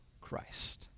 Christ